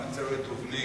בן נצרת ובני".